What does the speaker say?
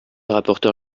rapporteur